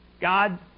God